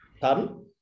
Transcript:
Pardon